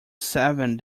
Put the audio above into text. seven